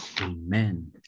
amen